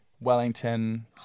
Wellington